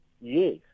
yes